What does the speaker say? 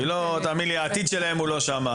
משה, תאמין לי, העתיד שלהם הוא לא שם.